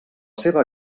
seva